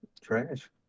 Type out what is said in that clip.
Trash